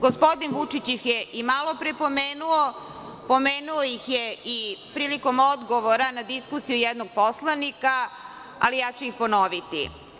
Gospodin Vučić ih je i malo pre pomenuo, a pomenuo ih je i prilikom odgovora na diskusije jednog poslanika, ali ja ću ih ponoviti.